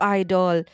idol